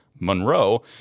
Monroe